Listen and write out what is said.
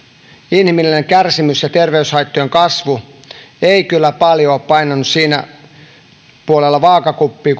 inhimillinen kärsimys ja terveyshaittojen kasvu ei kyllä paljon painanut sillä puolella vaakakuppia